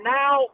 now